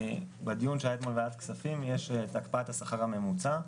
בדיון שהיה אתמול בוועדת הכספים על הקפאת השכר הממוצע,